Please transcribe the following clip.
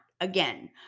Again